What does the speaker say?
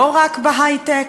לא רק בהיי-טק,